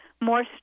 more